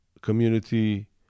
community